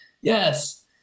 yes